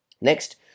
Next